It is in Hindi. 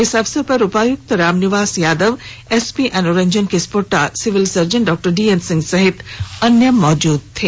इस अवसर पर उपायुक्त Ramniwas Yadav SP Anuranjan Kispotta civil surgeon डा डीएन सिंह सहित अन्य मौजूद थे